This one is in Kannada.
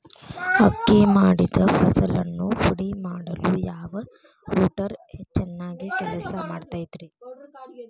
ಅಕ್ಕಿ ಮಾಡಿದ ಫಸಲನ್ನು ಪುಡಿಮಾಡಲು ಯಾವ ರೂಟರ್ ಚೆನ್ನಾಗಿ ಕೆಲಸ ಮಾಡತೈತ್ರಿ?